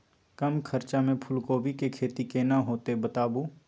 कम खर्चा में फूलकोबी के खेती केना होते बताबू?